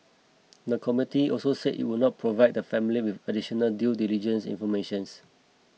the committee also said it would not provide the family with additional due diligence informations